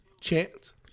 chance